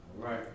Right